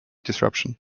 disruption